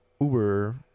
uber